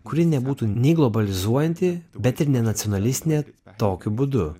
kuri nebūtų nei globalizuojanti bet ir nenacionalistinė tokiu būdu